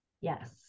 yes